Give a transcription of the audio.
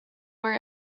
were